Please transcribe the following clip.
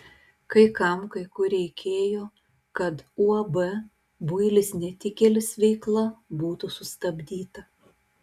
kai kam kai kur reikėjo kad uab builis netikėlis veikla būtų sustabdyta